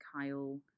Kyle